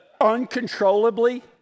uncontrollably